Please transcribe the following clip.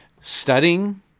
studying